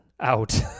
out